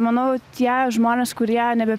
manau tie žmonės kurie nebe